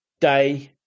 Day